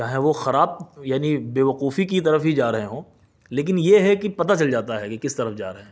چاہے وہ خراب یعنی بےوقوفی کی طرف ہی جا رہے ہوں لیکن یہ ہے کہ پتہ چل جاتا ہے کی کس طرف جا رہے ہیں